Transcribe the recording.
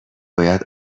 باید